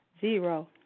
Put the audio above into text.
Zero